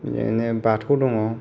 बिदिनो बाथौ दङ